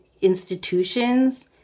institutions